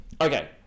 Okay